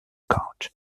court